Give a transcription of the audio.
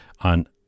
on